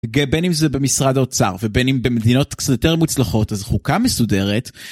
בין אם זה במשרד האוצר ובין אם במדינות קצת יותר מוצלחות, אז חוקה מסודרת.